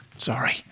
Sorry